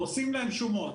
ועושים להם שומות.